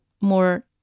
more